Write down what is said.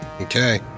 Okay